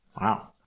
Wow